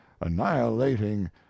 annihilating